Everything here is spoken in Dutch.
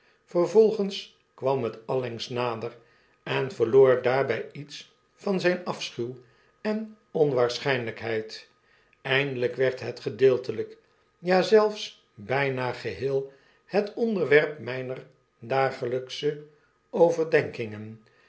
vervolgens kwam het allengs nader en verloor daarby iets van zijn afschuw en onwaarschynlykheid eindelyk werd het gedeeltelyk ja zelfs byna geheel het onderwerp myner dagelijksche overdenkingen